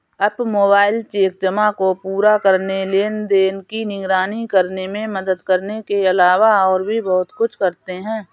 app mobile cheque जमा को पूरा करने, लेनदेन की निगरानी करने में मदद करने के अलावा और भी बहुत कुछ करते हैं